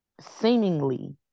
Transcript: seemingly